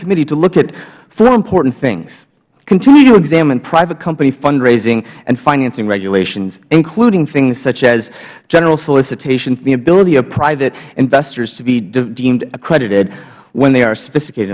committee to look at four important things continue to examine private company fundraising and financing regulations including things such as general solicitations and the ability of private investors to be deemed accredited when they are sophisticated